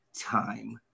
time